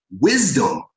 wisdom